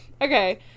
Okay